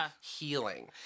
healing